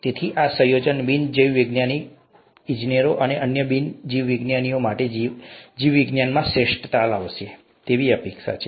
તેથી આ સંયોજન બિન જીવવિજ્ઞાની ઇજનેરો અને અન્ય બિન જીવવિજ્ઞાનીઓ માટે જીવવિજ્ઞાનમાં શ્રેષ્ઠ લાવશે તેવી અપેક્ષા છે